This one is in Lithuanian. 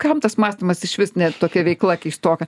kam tas mąstymas išvis net tokia veikla keistoka